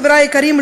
חברי היקרים,